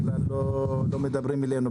בכלל לא מדברים אלינו,